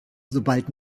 sobald